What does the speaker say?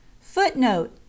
Footnote